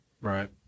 Right